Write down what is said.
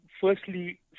firstly